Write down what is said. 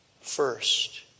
first